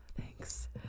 thanks